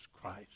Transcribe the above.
Christ